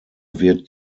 wird